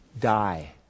Die